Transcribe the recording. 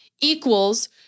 equals